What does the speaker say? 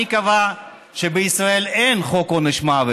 מי קבע שבישראל אין חוק עונש מוות?